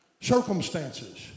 circumstances